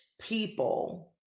people